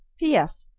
p s.